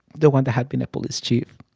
the one that had been a police chief.